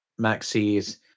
maxis